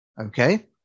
okay